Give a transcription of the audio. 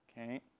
Okay